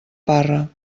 parra